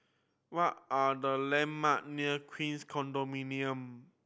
what are the landmark near Queens Condominium